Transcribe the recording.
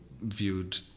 viewed